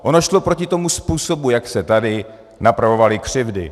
Ono šlo proti tomu způsobu, jak se tady napravovaly křivdy.